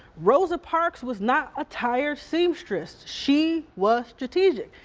rosa parks was not a tired seamstress, she was strategic.